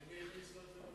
תגיד מי הכניס לו את זה לראש.